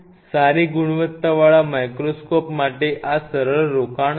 સારી ગુણવત્તાવાળા માઇક્રોસ્કોપ માટે આ સરળ રોકાણ નથી